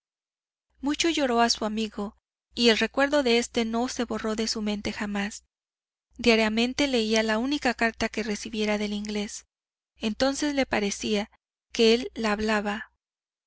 mucho lloró a su amigo y el recuerdo de este no se borró de su mente jamás diariamente leía la única carta que recibiera del inglés entonces le parecía que él la hablaba